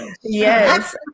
Yes